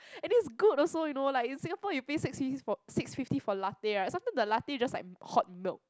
and it's good also you know like in Singapore you pay six fifty for six fifty for latte right sometime the latte just like hot milk